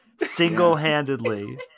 Single-handedly